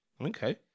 Okay